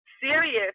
serious